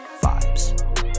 Vibes